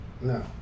no